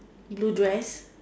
blue dress